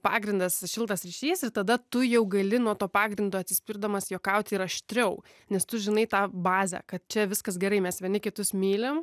pagrindas šiltas ryšys ir tada tu jau gali nuo to pagrindo atsispirdamas juokauti ir aštriau nes tu žinai tą bazę kad čia viskas gerai mes vieni kitus mylim